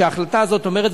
וההחלטה הזאת אומרת,